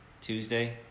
Tuesday